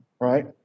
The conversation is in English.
right